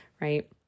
right